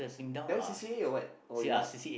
that one C_C_A or what or you must